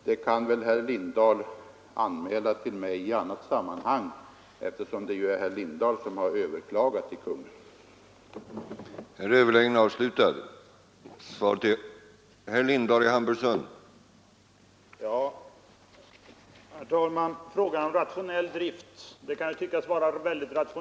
Detta kan väl herr Lindahl anmäla till mig i annat sammanhang — det är ju herr Lindahl som har överklagat till Kungl. Maj:t.